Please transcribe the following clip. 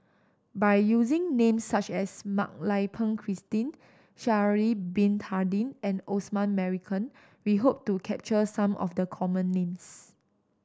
by using names such as Mak Lai Peng Christine Sha'ari Bin Tadin and Osman Merican we hope to capture some of the common names